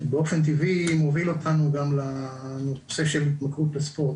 באופן טבעי מוביל אותנו גם לנושא של התמכרות לספורט,